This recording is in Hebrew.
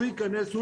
ייכנס,